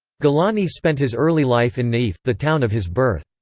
gilani spent his early life in na'if, the town of his birth.